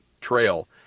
trail